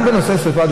גם בנושא השרפה,